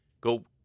go